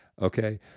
Okay